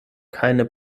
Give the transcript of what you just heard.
keine